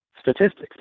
statistics